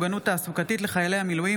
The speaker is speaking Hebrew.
תודה.